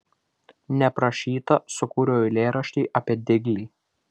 neprašyta sukūriau eilėraštį apie diglį